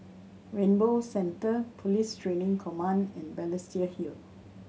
Rainbow Centre Police Training Command and Balestier Hill